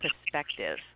perspective